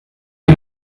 die